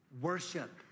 worship